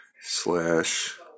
slash